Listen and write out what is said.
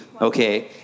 okay